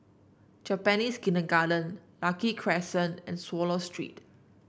Japanese Kindergarten Lucky Crescent and Swallow Street